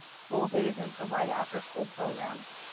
full days and provide after school programs.